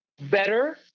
better